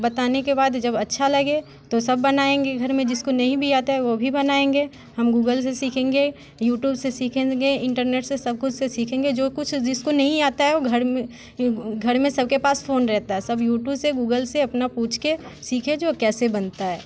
बताने के बाद जब अच्छा लगे तो सब बनाएँगे घर में जिसको नहीं भी आता है वो भी बनाएँगे हम गूगल से सीखेंगे यूट्यूब से सीखेंगे इंटरनेट से सब कुछ से सीखेंगे जो कुछ जिसको नहीं आता है वो घर में घर में सबके पास फोन रहता है सब यूटूब से गूगल से अपना पूछ के सीखे जो कैसे बनता है